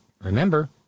Remember